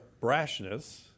brashness